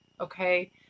Okay